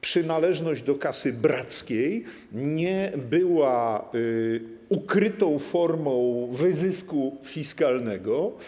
Przynależność do kasy brackiej nie była ukrytą formą wyzysku fiskalnego.